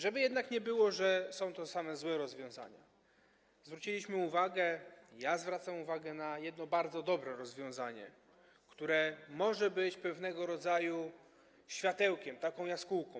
Żeby jednak nie było, że są to same złe rozwiązania, zwróciliśmy uwagę, ja zwracam uwagę, na jedno bardzo dobre rozwiązanie, które może być pewnego rodzaju światełkiem, taką jaskółką.